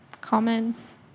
comments